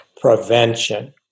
prevention